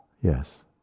yes